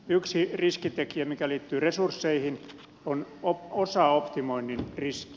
yksi riskitekijä mikä liittyy resursseihin on osaoptimoinnin riski